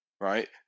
right